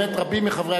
אם הם